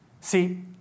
see